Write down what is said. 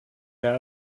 their